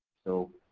so,